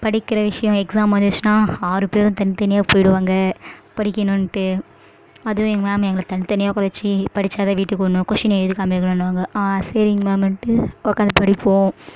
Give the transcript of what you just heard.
படிக்கிற விஷயம் எக்ஸாம் வந்துச்சுன்னா ஆறு பேரும் தனித்தனியாக போயிடுவாங்க படிக்கணுன்ட்டு அதுவும் எங்கள் மேம் எங்களை தனித்தனியாக உட்கார வச்சு படிச்சால் தான் வீட்டுக்கு உட்ணும் கொஸ்ஸினை எழுதி காமிக்கணுன்னுவாங்க ஆ சரிங்க மேம்னுட்டு உட்காந்து படிப்போம்